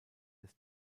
des